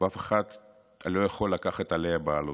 ואף אחד לא יכול לקחת עליה בעלות.